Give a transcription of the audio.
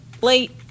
late